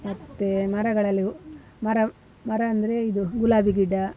ಮತ್ತು ಮರಗಳಲ್ಲಿವು ಮರ ಮರ ಅಂದರೆ ಇದು ಗುಲಾಬಿ ಗಿಡ